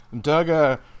Doug